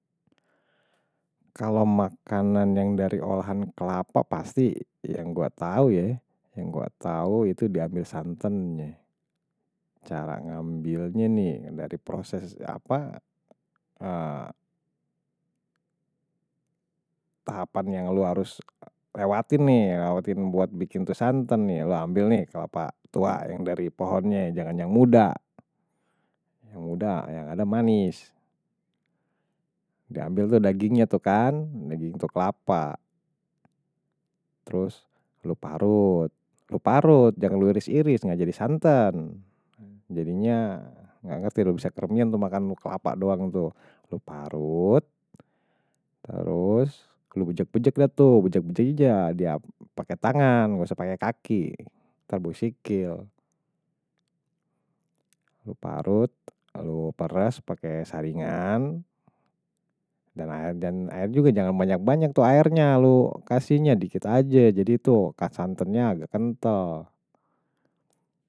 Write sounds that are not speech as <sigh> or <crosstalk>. Kalau makanan yang dari olahan kelapa, pasti yang gue tahu ya, yang gue tahu itu diambil santennya. Cara ngambilnya nih, dari proses apa, <hesitation> tahapan yang lo harus lewatin nih, lewatin buat bikin itu santen nih, lo ambil nih, kelapa tua yang dari pohonnya, jangan yang muda. Yang muda, yang ada manis. Diambil tuh dagingnya tuh kan, daging itu kelapa. Terus, lo parut. Lo parut, jangan lo iris iris, nggak jadi santen. Jadinya, nggak ngerti, lo bisa kremian tuh makan kelapa doang tuh. Lo parut. Terus, lo bujak bujak deh tuh, bujak bujak aja. Pake tangan, nggak usah pakai kaki. Ntar bau sikil. Lo parut, lo peras pakai saringan. Dan air juga, jangan banyak banyak tuh airnya. Lo kasihnya dikit aja, jadi tuh santennya agak kentel.